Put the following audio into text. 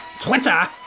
Twitter